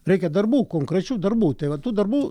reikia darbų konkrečių darbų tai va tų darbų